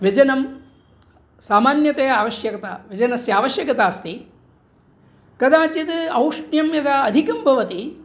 व्यजनं सामान्यतया आवश्यकं व्यजनस्य आवश्यकता अस्ति कदाचित् औष्ण्यं यदा अधिकं भवति